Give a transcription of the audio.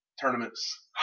tournaments